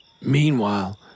Meanwhile